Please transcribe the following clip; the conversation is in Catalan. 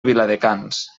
viladecans